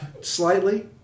slightly